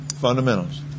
Fundamentals